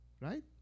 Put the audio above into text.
Right